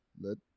let